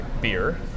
beer